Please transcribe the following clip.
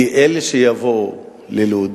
כי אלה שיבואו ללוד